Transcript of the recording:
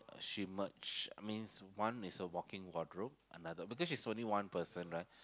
she merged I means one is a walk in wardrobe another because she's only one person right